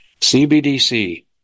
CBDC